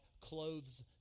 clothes